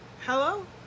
hello